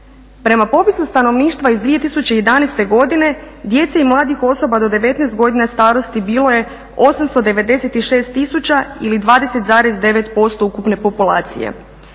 Prema popisu stanovništva iz 2011. godine djece i mladih osoba do 19 godina starosti bilo je 896000 ili 20,9% ukupne populacije.